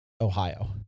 Ohio